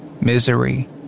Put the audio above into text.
misery